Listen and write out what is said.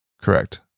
Correct